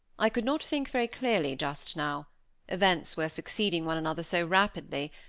i could not think very clearly just now events were succeeding one another so rapidly,